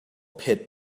pit